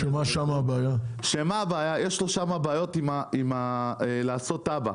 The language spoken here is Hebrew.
שיש לו בעיות בלעשות תב"ע: